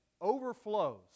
overflows